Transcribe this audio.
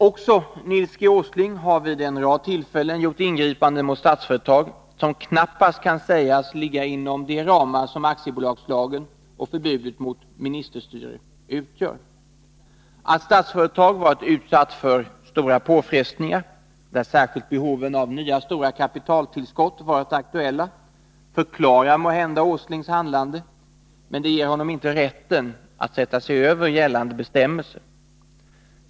Också Nils G. Åsling har vid en rad tillfällen gjort ingripanden mot Statsföretag som knappast kan sägas ligga inom de ramar som aktiebolagslagen och förbudet mot ministerstyre utgör. Att Statsföretag varit utsatt för stora påfrestningar, där särskilt behoven av nya stora kapitaltillskott varit aktuella, förklarar måhända Åslings handlande men ger honom inte rätten att sätta sig över gällande bestämmelser.